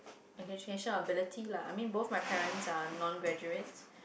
education ability lah both my parents are non graduate